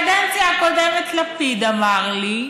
ראש הממשלה אמר כאן על הדוכן: בקדנציה הקודמת לפיד אמר לי,